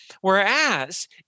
Whereas